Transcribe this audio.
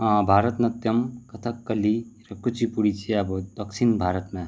भारत नाट्यम कथकली र कुचिपुडी चाहिँ दक्षिण भारतमा